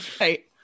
right